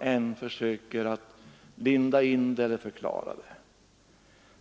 än försöker linda in eller förklara den, djupast sett ändå innebär ett dödande?